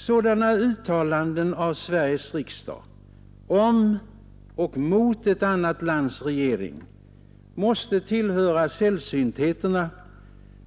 Sådana uttalanden av Sveriges riksdag om och mot ett annat lands regering måste tillhöra sällsyntheterna,